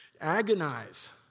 Agonize